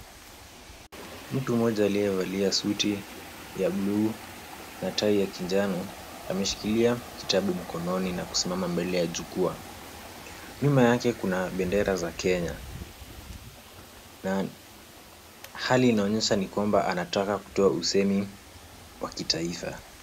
Mtu mmoja aliyevalia suti ya buluu na tai ya kinjano, ameshikilia kitabu mkononi na kusimama mbele ya jukwaa. Nyuma yake kuna bendera za Kenya. Hali inaonyesha ni kwamba anataka kutoa usemi wa kitaifa.